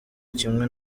kimwe